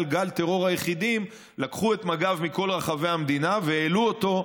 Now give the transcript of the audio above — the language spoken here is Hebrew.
גל טרור היחידים לקחו את מג"ב מכל רחבי המדינה והעלו אותו,